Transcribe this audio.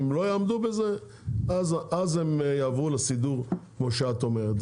ואם הם לא יעמדו בזה אז יעברו לסידור כמו שאת אומרת,